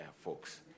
folks